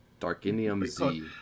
Darkinium-Z